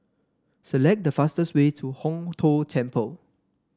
select the fastest way to Hong Tho Temple